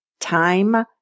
Time